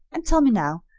and tell me now,